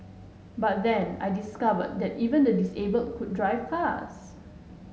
but then I discovered that even the disabled could drive cars